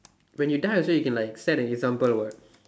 when you die also like set an example what